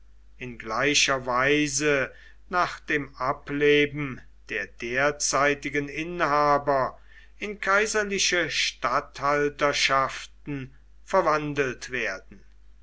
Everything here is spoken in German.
in gleicher weise nach dem ableben der derzeitigen inhaber in kaiserliche statthalterschaften verwandelt werden